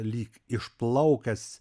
lyg išplaukęs